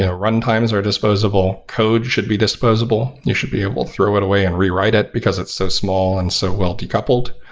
ah run times are disposable. codes should be disposable. you should be able to throw it away and rewrite it, because it's so small and so well-decoupled.